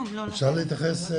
בוודאי.